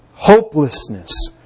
Hopelessness